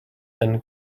than